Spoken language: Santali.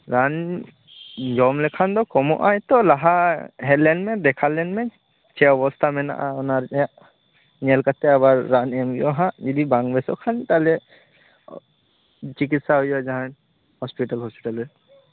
ᱨᱟᱱ ᱡᱚᱢ ᱞᱮᱠᱷᱟᱱ ᱫᱚ ᱠᱚᱢᱚᱜ ᱟ ᱦᱚᱭᱛᱚ ᱞᱟᱦᱟ ᱦᱮᱡ ᱞᱮᱱᱢᱮ ᱫᱮᱠᱷᱟ ᱞᱮᱱᱢᱮ ᱪᱮᱫ ᱚᱵᱚᱥᱛᱟ ᱢᱮᱱᱟᱜ ᱟ ᱚᱱᱟ ᱨᱮᱱᱟᱜ ᱧᱮᱞ ᱠᱟᱛᱮ ᱟᱵᱟᱨ ᱨᱟᱱ ᱮᱢ ᱦᱩᱭᱩᱜ ᱟ ᱦᱟᱸᱜ ᱡᱩᱫᱤ ᱵᱟᱝ ᱵᱮᱥᱚᱜ ᱠᱷᱟᱱ ᱛᱟᱦᱚᱞᱮ ᱪᱤᱠᱤᱥᱥᱟ ᱦᱩᱭᱩᱜ ᱟ ᱡᱟᱦᱟᱸᱭ ᱦᱚᱥᱯᱤᱴᱟᱞ ᱦᱚᱥᱯᱤᱴᱟᱞ ᱨᱮ